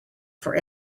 for